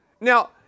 Now